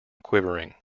quivering